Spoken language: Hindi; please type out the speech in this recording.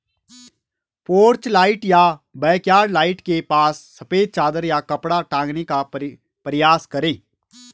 पोर्च लाइट या बैकयार्ड लाइट के पास सफेद चादर या कपड़ा टांगने का प्रयास करें